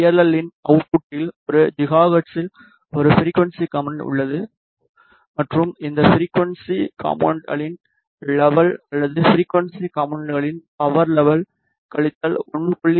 L இன் அவுட்புட்டில் ஒரு ஜிகாஹெர்ட்ஸில் ஒரு ஃபிரிக்குவன்ஸி காம்போனென்ட் உள்ளது மற்றும் இந்த ஃபிரிக்குவன்ஸி காம்போனென்ட்களின் லெவல் அல்லது ஃபிரிக்குவன்ஸி காம்போனென்ட்களின் பவர் லெவல் கழித்தல் 1